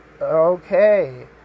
Okay